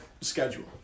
schedule